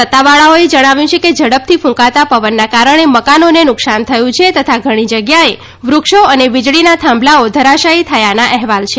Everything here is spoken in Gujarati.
સત્તાવાળાઓએ જણાવ્યું છે કે ઝડપથી કુંકાતા પવનના કારણે મકાનોને નુકસાન થયું છે તથા ઘણી જગ્યાએ વૃક્ષો અને વીજળીના થાંભલાઓ ધરાશાઈ થયાના અહેવાલ છે